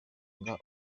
umunani